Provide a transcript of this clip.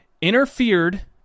interfered